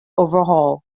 overhaul